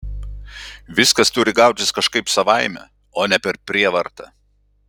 viskas turi gautis kažkaip savaime o ne per prievartą